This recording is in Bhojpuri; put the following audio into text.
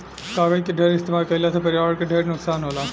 कागज के ढेर इस्तमाल कईला से पर्यावरण के ढेर नुकसान होला